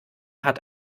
hat